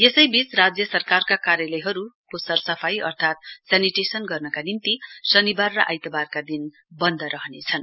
यसैबीच राज्य सरकारका कार्यालयहरू सरसफाई अर्थात् सेनिटाइजेशन गर्नका निम्ति शानिवार र आइतवारका दिन बन्द रहनेछन्